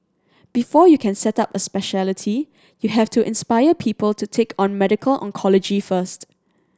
before you can set up a speciality you have to inspire people to take on medical oncology first